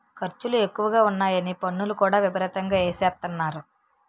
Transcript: ఖర్చులు ఎక్కువగా ఉన్నాయని పన్నులు కూడా విపరీతంగా ఎసేత్తన్నారు